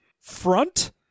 front